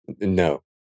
no